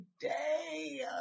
today